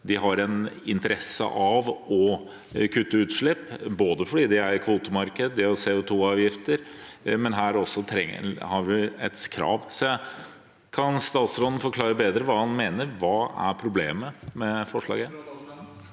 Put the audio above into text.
De har en interesse av å kutte utslipp, for de er i et kvotemarked, de har CO2-avgifter, og her er det også krav. Kan statsråden forklare bedre hva han mener? Hva er problemet med forslaget?